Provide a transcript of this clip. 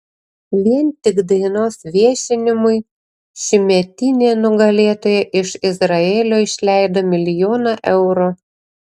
vien tik dainos viešinimui šiųmetinė nugalėtoja iš izraelio išleido milijoną eurų